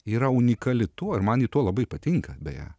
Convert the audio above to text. yra unikali tuo ir man ji tuo labai patinka beje